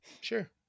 Sure